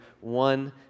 one